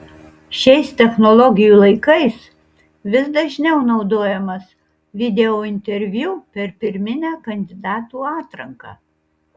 šiais technologijų laikais vis dažniau naudojamas videointerviu per pirminę kandidatų atranką